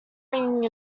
ringing